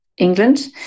England